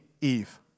Eve